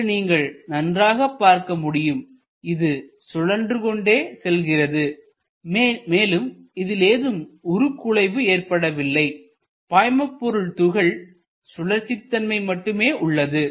இங்கு நீங்கள் நன்றாக பார்க்க முடியும் இது சுழன்று கொண்டே செல்கிறதுமேலும் இதில் ஏதும் உருக்குலைவு ஏற்படவில்லை பாய்மபொருள் துகளில் சுழற்சிதன்மை மட்டுமே உள்ளது